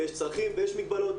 יש צרכים ויש מגבלות,